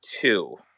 two